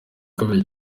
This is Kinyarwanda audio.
kabiri